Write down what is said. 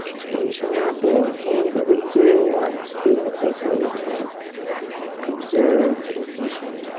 so you should not be in pain, but we do want to be in a place where we can observe sensation.